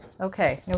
okay